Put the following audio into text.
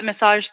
massage